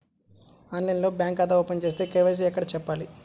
ఆన్లైన్లో బ్యాంకు ఖాతా ఓపెన్ చేస్తే, కే.వై.సి ఎక్కడ చెప్పాలి?